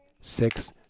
six